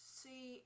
see